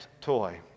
toy